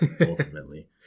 ultimately